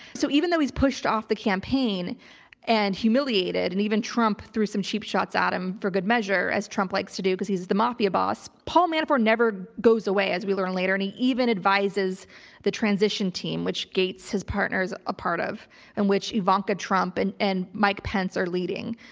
so even though he's pushed off the campaign and humiliated and even trump threw some cheap shots at him for good measure as trump likes to do, cause he's the mafia boss. paul manafort never goes away as we learned later. and he even advises the transition team, which gates his partner is a part of and which ivanka trump and and mike pence are leading.